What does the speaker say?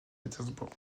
pétersbourg